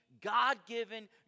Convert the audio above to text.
God-given